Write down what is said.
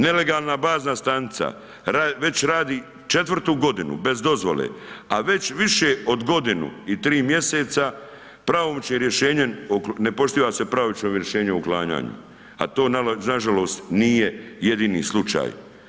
Nelegalna bazna stanica već radi četvrtu godinu bez dozvole, a već više od godinu i 3 mjeseca pravomoćno rješenjem ne poštuje se pravomoćno rješenje o uklanjanju, a to nažalost nije jedini slučaj.